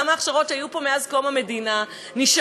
גם ההכשרות שהיו פה מאז קום המדינה נשארות,